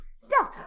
Delta